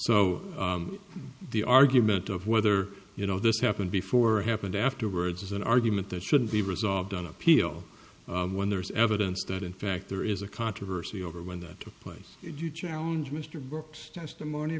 so the argument of whether you know this happened before or happened afterwards is an argument that shouldn't be resolved on appeal when there's evidence that in fact there is a controversy over when that took place if you challenge mr brooks testimony